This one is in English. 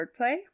wordplay